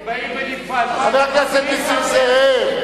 הם באים בנפרד, חבר הכנסת נסים זאב,